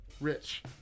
Rich